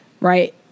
right